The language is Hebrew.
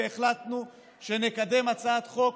והחלטנו שנקדם הצעת חוק,